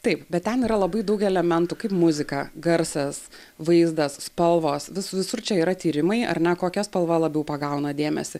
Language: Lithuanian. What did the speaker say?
taip bet ten yra labai daug elementų kaip muzika garsas vaizdas spalvos vis visur čia yra tyrimai ar ne kokia spalva labiau pagauna dėmesį